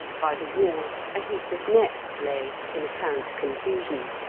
by the wall a heap of nets lay in apparent confusion,